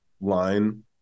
line